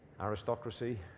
Aristocracy